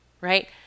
right